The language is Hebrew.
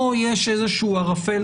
פה יש איזשהו ערפל.